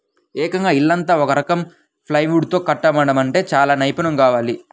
ఏకంగా ఇల్లంతా ఒక రకం ప్లైవుడ్ తో కట్టడమంటే చానా నైపున్నెం కావాలి